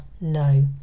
no